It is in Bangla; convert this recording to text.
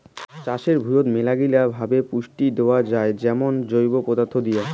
চাষের ভুঁইয়ত মেলাগিলা ভাবে পুষ্টি দেয়া যাই যেমন জৈব পদার্থ দিয়ে